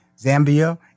Zambia